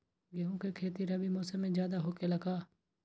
गेंहू के खेती रबी मौसम में ज्यादा होखेला का?